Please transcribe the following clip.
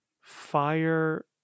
fire